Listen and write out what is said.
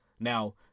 Now